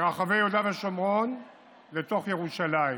מרחבי יהודה ושומרון לתוך ירושלים.